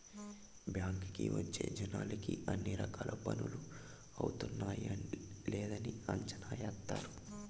బ్యాంకుకి వచ్చే జనాలకి అన్ని రకాల పనులు అవుతున్నాయా లేదని అంచనా ఏత్తారు